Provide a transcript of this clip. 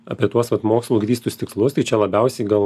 apie tuos vat mokslu grįstus tikslus tai čia labiausiai gal